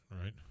right